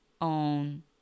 on